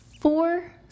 Four